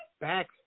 back